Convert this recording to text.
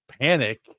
panic